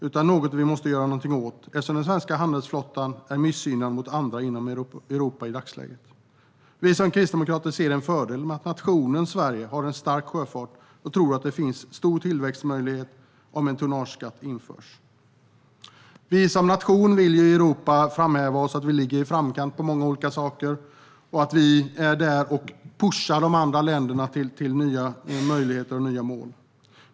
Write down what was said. Det är något vi måste göra någonting åt eftersom den svenska handelsflottan är missgynnad gentemot andra inom Europa i dagsläget. Vi som kristdemokrater ser en fördel med att nationen Sverige har en stark sjöfart, och vi tror det finns stor tillväxtmöjlighet om en tonnageskatt införs. Sverige vill som nation i Europa framhäva att vi ligger i framkant när det gäller många olika saker. Vi ska vara där och pusha de andra länderna till nya möjligheter och nya mål.